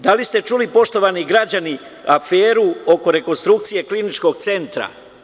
Da li ste čuli poštovani građani aferu oko rekonstrukcije Kliničkog centra?